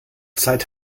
zeit